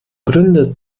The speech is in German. gründet